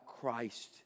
Christ